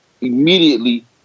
immediately